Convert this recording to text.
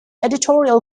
editorial